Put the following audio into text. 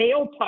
tailpipe